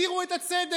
תסתירו את הצדק,